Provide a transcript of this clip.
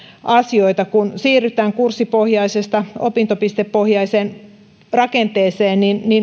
asioita kun siirrytään kurssipohjaisesta opintopistepohjaiseen rakenteeseen